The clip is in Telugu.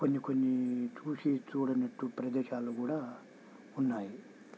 కొన్ని కొన్ని చూసి చూడనట్టు ప్రదేశాలు కూడా ఉన్నాయి